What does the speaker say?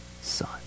son